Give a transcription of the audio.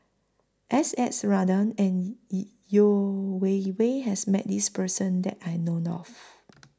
S S Ratnam and Yeo Wei Wei has Met This Person that I know of